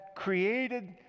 Created